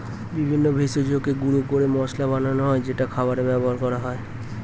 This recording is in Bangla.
বিভিন্ন ভেষজকে গুঁড়ো করে মশলা বানানো হয় যেটা খাবারে ব্যবহার করা হয়